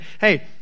hey